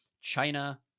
China